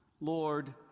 Lord